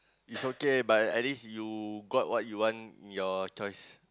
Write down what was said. is okay but at least you got what you want in your choice